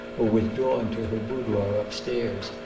or withdrawing to her boudoir upstairs,